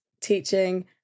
teaching